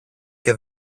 και